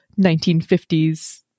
1950s